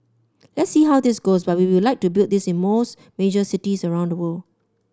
let see how this goes but we would like to build this in most major cities around the world